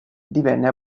divenne